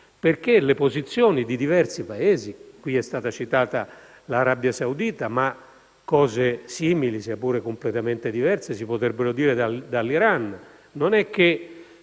delle posizioni di diversi altri Paesi. È stata citata l'Arabia Saudita, ma cose simili, sia pure completamente diverse, si potrebbero dire dell'Iran. Non è che,